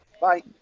bye